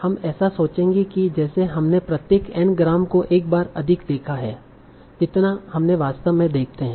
हम ऐसा सोचेंगे की जैसे हमने प्रत्येक N ग्राम को एक बार अधिक देखा है जितना हमने वास्तव में देखते है